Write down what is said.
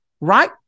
Right